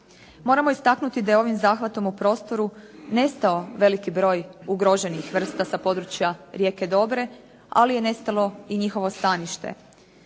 Moramo istaknuti da je ovim zahvatom u prostoru nestao veliki broj ugroženih vrsta sa područja rijeke Dobre, ali je nestalo i njihovo stanište.